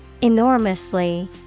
Enormously